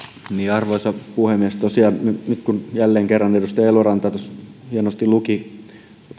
arvoisa puhemies tosiaan nyt jälleen kerran edustaja eloranta tuossa hienosti luki